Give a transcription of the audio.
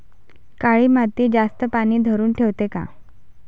काळी माती जास्त पानी धरुन ठेवते का?